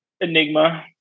enigma